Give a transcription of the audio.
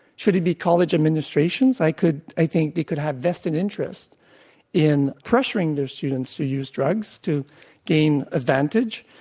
should it be college administrations? i could i think it could have destined interests in pressure and their students to use drugs to gain advantage.